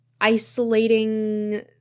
isolating